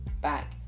back